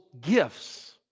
gifts